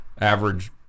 average